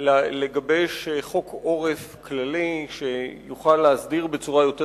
לגבש חוק עורף כללי שיוכל להסדיר בצורה יותר